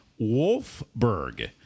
Wolfberg